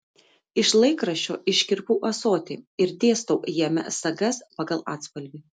iš laikraščio iškirpau ąsotį ir dėstau jame sagas pagal atspalvį